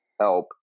help